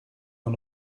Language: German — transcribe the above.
man